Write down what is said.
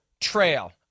trail